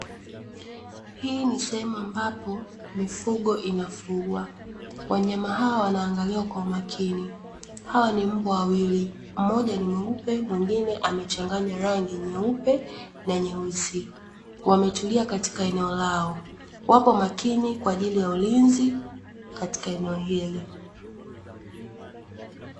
Hii ni sehemu ambapo mifugo inafugwa. Wanyama hawa wanaangaliwa kwa umakini. Hawa ni mbwa wawili. Mmoja ni mweupe, mwingine amechanganya rangi nyeupe na nyeusi. Wametulia katika eneo lao. Wapo makini kwa ajili ya ulinzi katika eneo hili.